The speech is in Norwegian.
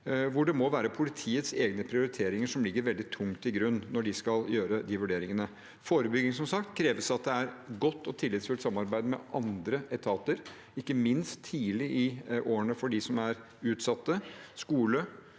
Det må være politiets egne prioriteringer som ligger veldig tungt til grunn når de skal gjøre de vurderingene. Forebygging krever som sagt at det er godt og tillitsfullt samarbeid med andre etater, ikke minst i tidlige år for dem som er utsatt – skole,